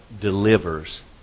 delivers